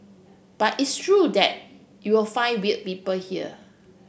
but it's true that you'll find weir people here